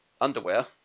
underwear